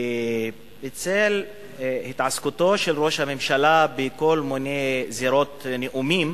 בצל התעסקותו של ראש הממשלה בכל מיני זירות נאומים,